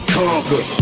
conquer